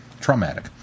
Traumatic